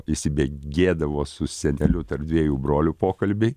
įsibėgėdavo su seneliu tarp dviejų brolių pokalbiai